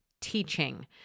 teaching